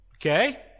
okay